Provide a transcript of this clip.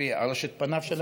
לפי ארשת פניו של השר,